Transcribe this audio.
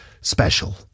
special